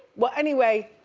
well, anyway,